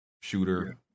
shooter